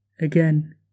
again